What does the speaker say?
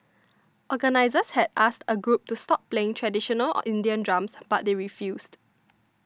organisers had asked a group to stop playing traditional Indian drums but they refused